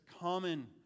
common